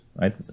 right